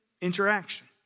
interaction